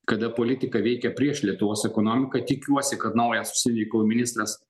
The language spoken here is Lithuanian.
kada politika veikia prieš lietuvos ekonomiką tikiuosi kad naujas užsienio reikalų ministras